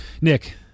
Nick